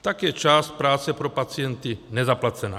Tak je část práce pro pacienty nezaplacena.